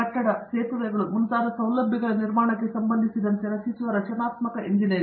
ಕಟ್ಟಡ ಸೇತುವೆಗಳು ಮುಂತಾದ ಸೌಲಭ್ಯಗಳ ನಿರ್ಮಾಣಕ್ಕೆ ಸಂಬಂಧಿಸಿದಂತೆ ರಚಿಸುವ ರಚನಾತ್ಮಕ ಎಂಜಿನಿಯರಿಂಗ್